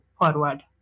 forward